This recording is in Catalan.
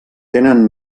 tenen